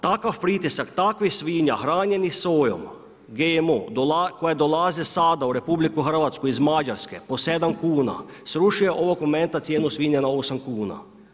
Takav pritisak takvih svinja hranjenih sojom GMO koje dolaze sada u RH iz Mađarske po sedam kuna, srušio je ovog momenta cijenu svinja na osam kuna.